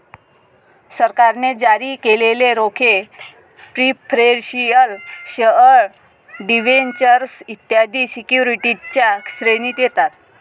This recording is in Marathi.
सरकारने जारी केलेले रोखे प्रिफरेंशियल शेअर डिबेंचर्स इत्यादी सिक्युरिटीजच्या श्रेणीत येतात